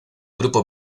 grupo